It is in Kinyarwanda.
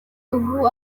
ubu